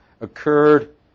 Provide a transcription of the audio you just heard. occurred